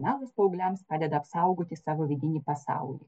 melas paaugliams padeda apsaugoti savo vidinį pasaulį